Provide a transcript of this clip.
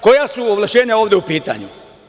Koja su ovlašćenja ovde u pitanju?